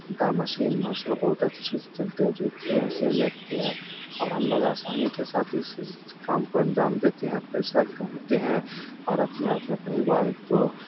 دا machine ماشاء اللہ بہت اچھے سے چلتے ہیں جو مشین رہتی ہے اور ہم لوگ آسانی کے ساتھ اس کام کو انجام دیتے ہیں پیسہ کماتے ہیں اور اپنے اپنے پریوار کو